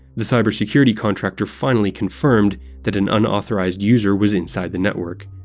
the cyber-security contractor finally confirmed that an unauthorized user was inside the network.